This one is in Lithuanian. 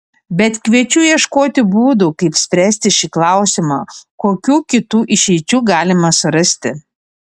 bet kviečiu ieškoti būdų kaip spręsti šį klausimą kokių kitų išeičių galima surasti